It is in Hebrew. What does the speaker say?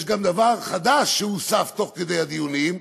יש גם דבר חדש, שהוסף תוך כדי הדיונים: